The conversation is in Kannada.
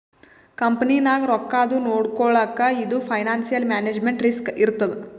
ಕಂಪನಿನಾಗ್ ರೊಕ್ಕಾದು ನೊಡ್ಕೊಳಕ್ ಇದು ಫೈನಾನ್ಸಿಯಲ್ ಮ್ಯಾನೇಜ್ಮೆಂಟ್ ರಿಸ್ಕ್ ಇರ್ತದ್